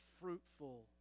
fruitful